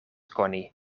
koni